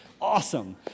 awesome